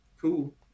cool